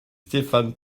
stéphane